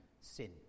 sin